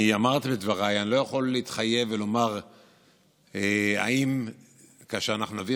אני אמרתי בדבריי: אני לא יכול להתחייב ולומר אם כאשר אנחנו נעביר